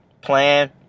plan